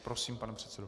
Prosím, pane předsedo.